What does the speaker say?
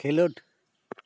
ᱠᱷᱮᱹᱞᱳᱰ